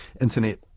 internet